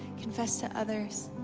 confess to others,